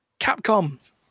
Capcom